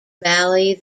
valley